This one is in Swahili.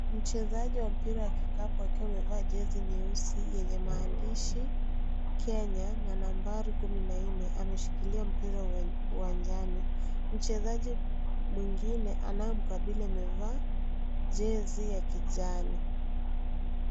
Mchezaji wa mpira ya kikapu akiwa amevaa jezi nyeusi yenye maandishi Kenya na nambari kumi na nne ameshikilia mpira uwanjani mchezaji mwingine anayemkabili amevaa jezi ya kijani.